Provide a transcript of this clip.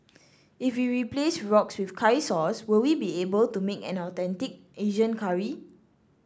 if we replace roux with curry sauce will we be able to make an authentic Asian curry